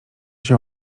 się